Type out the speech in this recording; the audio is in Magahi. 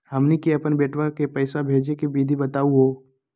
हमनी के अपन बेटवा क पैसवा भेजै के विधि बताहु हो?